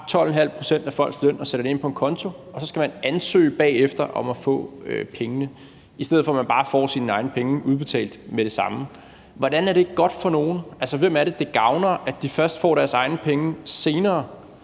12,5 pct. af folks løn og sætter det ind på en konto, og så skal de bagefter ansøge om at få pengene, i stedet for at de bare får deres egne penge udbetalt med det samme. Hvordan er det godt for nogen? Altså, hvem er det, det gavner, at de først får deres egne penge senere,